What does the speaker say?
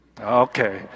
okay